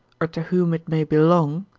or to whom it may belong,